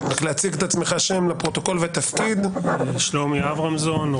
שמי שלומי אברמזון,